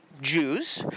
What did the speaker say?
Jews